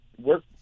work